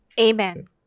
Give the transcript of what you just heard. Amen